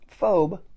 phobe